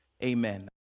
Amen